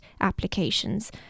applications